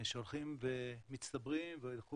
שהולכים ומצטברים ויילכו